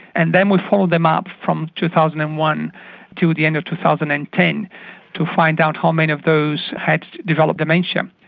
and then we followed them up from two thousand and one to the end of two thousand and ten to find out how many of those had developed dementia,